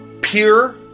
pure